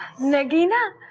nagina?